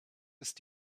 ist